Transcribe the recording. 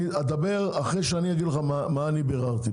אתה תדבר אחרי שאני אגיד לך מה אני ביררתי.